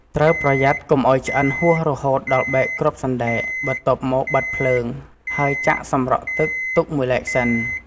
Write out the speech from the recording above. ត្រូវប្រយ័ត្នកុំឱ្យឆ្អិនហួសរហូតដល់បែកគ្រាប់សណ្ដែក បន្ទាប់មក បិទភ្លើង ហើយចាក់សម្រក់ទឹកទុកមួយឡែកសិន។